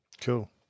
Cool